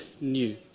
new